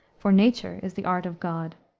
for nature is the art of god.